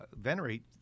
venerate